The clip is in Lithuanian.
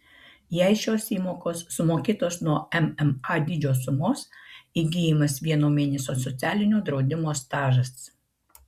jei šios įmokos sumokėtos nuo mma dydžio sumos įgyjamas vieno mėnesio socialinio draudimo stažas